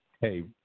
Hey